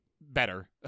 better